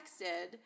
texted